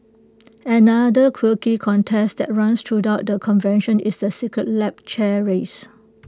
another quirky contest that runs throughout the convention is the secret lab chair race